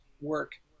work